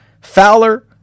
Fowler